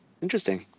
Interesting